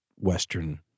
western